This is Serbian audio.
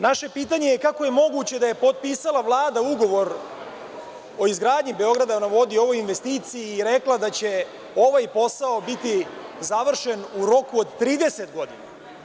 Naše pitanje je – kako je moguće da je potpisala Vlada ugovor o izgradnji „Beograda na vodi“, o ovoj investiciji i rekla da će ovaj posao biti završen u roku od 30 godina?